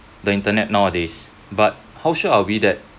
the internet nowadays but how sure are we that